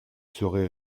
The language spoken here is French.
serait